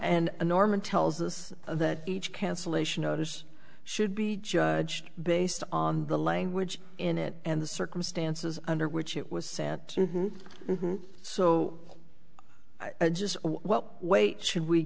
and norman tells us that each cancellation notice should be judged based on the language in it and the circumstances under which it was set so just what weight should we